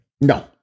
No